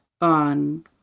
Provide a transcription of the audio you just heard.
on